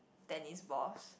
tennis balls